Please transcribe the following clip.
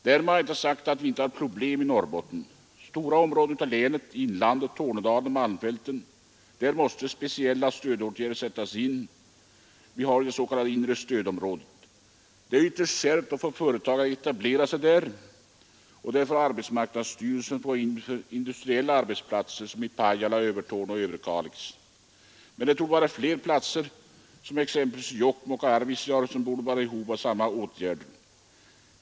Därmed är inte sagt att vi inte har problem i Norrbotten. I stora områden av inlandet, i Tornedalen och malmfälten, är det — trots speciella stödåtgärder inom det s.k. inre stödområdet — ytterst svårt att få företag att etablera sig. Arbetsmarknadsstyrelsen har därför gått in för att få industriella arbetsplatser till Pajala, Övertorneå och Överkalix. Flera platser, såsom Jokkmokk och Arvidsjaur, torde vara i behov av samma åtgärder.